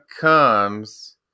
comes